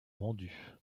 vendus